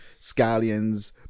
scallions